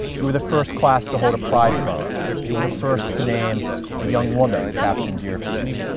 you were the first class to hold a pride prom. you were the first to name a young woman captain deerfield.